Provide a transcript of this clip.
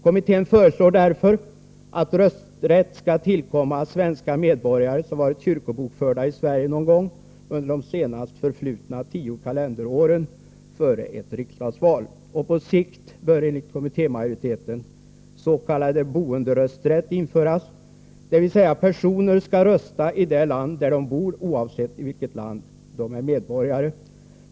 Kommittén föreslår därför att rösträtt skall tillkomma svenska medborgare som någon gång under de senast förflutna tio kalenderåren före ett riksdagsval varit kyrkobokförda i Sverige. På sikt bör, enligt kommitténs majoritet, s.k. boenderösträtt införas, vilket innebär att personer skall rösta i det land där de bor oavsett i vilket land de är medborgare.